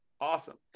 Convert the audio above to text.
Awesome